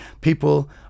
People